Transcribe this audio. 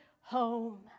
home